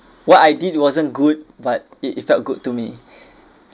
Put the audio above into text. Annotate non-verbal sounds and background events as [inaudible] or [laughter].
what I did wasn't good but it it felt good to me [breath]